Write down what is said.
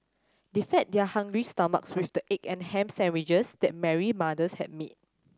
they fed their hungry stomachs with the egg and ham sandwiches that Mary mother's had made